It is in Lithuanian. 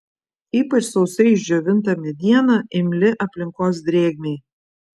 ypač sausai išdžiovinta mediena imli aplinkos drėgmei